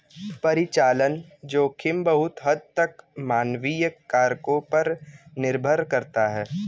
परिचालन जोखिम बहुत हद तक मानवीय कारकों पर निर्भर करता है